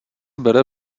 bere